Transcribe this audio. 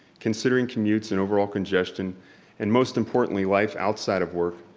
considering commutes and overall congestion and most importantly life outside of work,